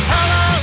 Hello